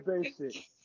basic